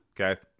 Okay